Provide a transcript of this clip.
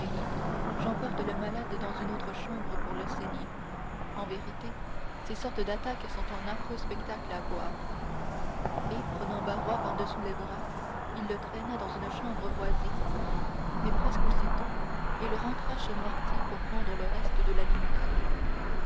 j'emporte le malade dans une autre chambre pour le saigner en vérité ces sortes d'attaques sont un affreux spectacle à voir et prenant barrois par-dessous les bras il le traîna dans une chambre voisine mais presque aussitôt il rentra chez noirtier pour prendre le reste de la limonade